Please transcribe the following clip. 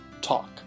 Talk